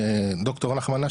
דוקטור נחמן נש,